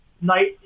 night